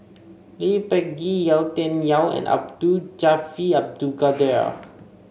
Lee Peh Gee Yau Tian Yau and Abdul Jalil Abdul Kadir